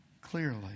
clearly